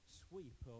sweep